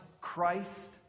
Christ